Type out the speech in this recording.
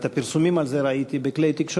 דרך אגב, את הפרסומים על זה ראיתי בכלי התקשורת.